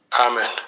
Amen